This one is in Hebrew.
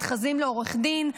מתחזים לעורך דין,